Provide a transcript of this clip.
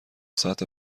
ساعت